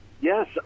Yes